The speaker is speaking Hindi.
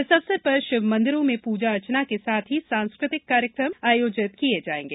इस अवसर पर शिवमंदिरों में पूजा अर्चना के साथ ही सांस्कृतिक कार्यक्रम आयोजित जायेंगे